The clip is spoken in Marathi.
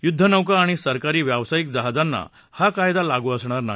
युद्धनौका आणि सरकारी व्यावसायिक जहाजांना हा कायदा लागू असणार नाही